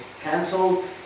cancelled